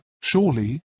surely